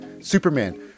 Superman